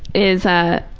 is, ah,